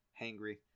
hangry